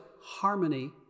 harmony